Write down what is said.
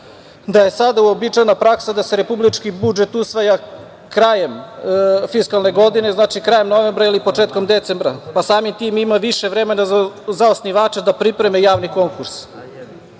da je sada uobičajena praksa da se republički budžet usvaja krajem fiskalne godine, znači krajem novembra ili početkom decembra, pa samim tim ima više vremena za osnivača da pripreme javni konkurs. Ovim